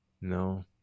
no